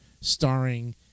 starring